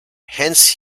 hence